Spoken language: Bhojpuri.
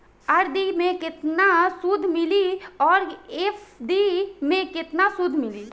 आर.डी मे केतना सूद मिली आउर एफ.डी मे केतना सूद मिली?